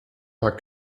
paar